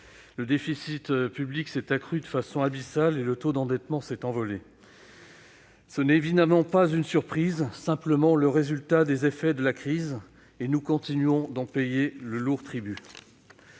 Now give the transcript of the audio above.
le déficit public s'est creusé de façon abyssale et le taux d'endettement s'est envolé. Ce n'est pas une surprise, simplement le résultat de la crise, dont nous continuons à payer le lourd tribut.